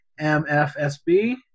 MFSB